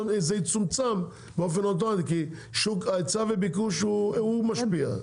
זה יצומצם באופן אוטומטי כי שוק ההיצע וביקוש הוא משפיע,